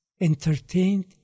entertained